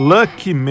Lucky